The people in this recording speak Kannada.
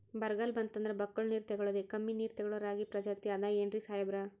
ಬರ್ಗಾಲ್ ಬಂತಂದ್ರ ಬಕ್ಕುಳ ನೀರ್ ತೆಗಳೋದೆ, ಕಮ್ಮಿ ನೀರ್ ತೆಗಳೋ ರಾಗಿ ಪ್ರಜಾತಿ ಆದ್ ಏನ್ರಿ ಸಾಹೇಬ್ರ?